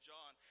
John